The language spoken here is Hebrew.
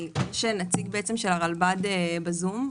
יש נציג של הרלב"ד בזום,